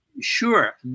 Sure